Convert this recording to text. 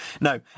No